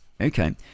Okay